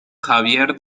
xavier